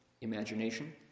imagination